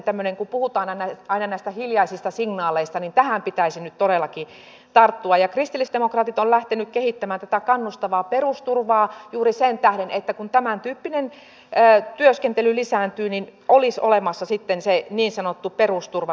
kun puhutaan aina näistä hiljaisista signaaleista niin tähän pitäisi nyt todellakin tarttua ja kristillisdemokraatit ovat lähteneet kehittämään tätä kannustavaa perusturvaa juuri sen tähden että kun tämän tyyppinen työskentely lisääntyy niin olisi olemassa sitten se niin sanottu perusturva siellä taustalla